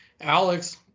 Alex